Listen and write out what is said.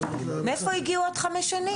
מאיפה הגיעו עוד חמש שנים.